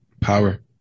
power